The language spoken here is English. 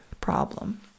problem